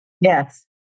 Yes